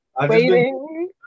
Waiting